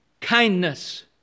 Kindness